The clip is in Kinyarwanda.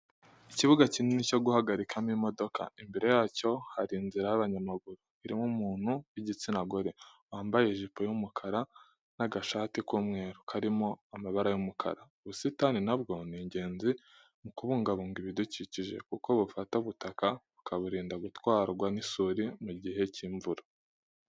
Ikibuga kinini cyo guhagarikamo imodoka, imbere yacyo hari inzira y'abanyamaguru irimo umuntu w'igitsina gore, wambaye ijipo y'umukara n'agashati k'umweru karimo amabara y'umukara. Ubusitani nabwo ni ingenzi mu kubungabunga ibidukikije kuko bufata ubutaka bukaburinda gutwarwa n'isuri mu gihe cy'imvura.